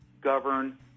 govern